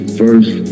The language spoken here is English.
first